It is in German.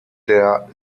der